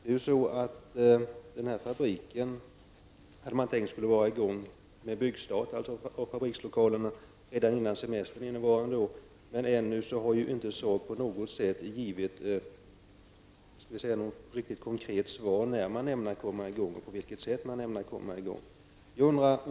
När det gäller den här fabriken hade man tänkt ha en byggstart för fabrikslokalen redan före semestern innevarande år. Ännu har inte SAAB givit något konkret besked om när man ämnar komma i gång och på vilket sätt.